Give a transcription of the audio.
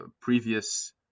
previous